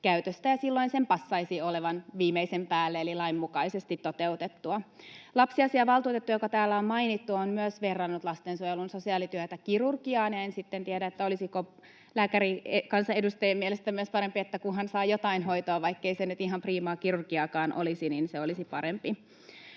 silloin sen passaisi olevan viimeisen päälle eli lainmukaisesti toteutettua. Lapsiasiavaltuutettu, joka täällä on mainittu, on myös verrannut lastensuojelun sosiaalityötä kirurgiaan. En sitten tiedä, olisiko lääkärikansanedustajien mielestä myös parempi se, kunhan saa jotain hoitoa — vaikkei se nyt ihan priimaa kirurgiakaan olisi, niin se olisi parempi.